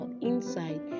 inside